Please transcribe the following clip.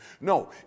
No